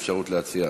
אפשרות להציע,